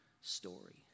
story